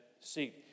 seat